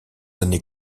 années